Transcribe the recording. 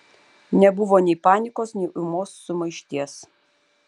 nebuvo nei panikos nei ūmios sumaišties